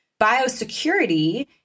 Biosecurity